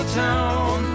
town